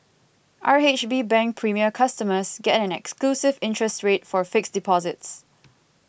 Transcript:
R H B Bank Premier customers get an exclusive interest rate for fixed deposits